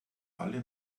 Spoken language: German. alle